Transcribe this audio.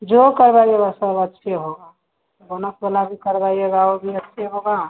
जो करवाइएगा सब अच्छा होगा बोनस वाला भी करवाइएगा वह भी अच्छा होगा